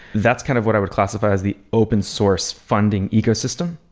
that's kind of what i would classify as the open source funding ecosystem,